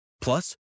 Plus